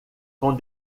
com